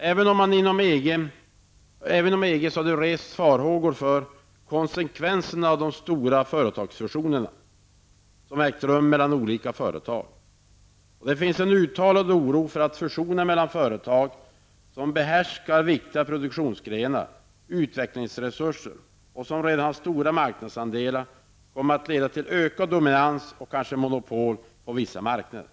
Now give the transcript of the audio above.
Även inom EG har det rests farhågor för konsekvenserna av de stora fusioner som ägt rum mellan olika företag. Det finns en uttalad oro för att fusioner mellan företag som behärskar viktiga produktionsgrenar och utvecklingsresurser och som redan har stora marknadsandelar skall leda till ökad dominans och kanske monopol på vissa marknader.